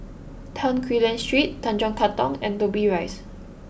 Tan Quee Lan Street Tanjong Katong and Dobbie Rise